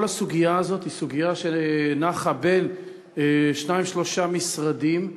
כל הסוגיה הזאת היא סוגיה שנחה בין שניים-שלושה משרדים,